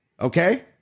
Okay